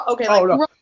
Okay